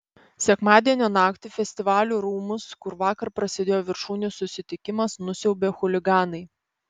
sekmadienio naktį festivalių rūmus kur vakar prasidėjo viršūnių susitikimas nusiaubė chuliganai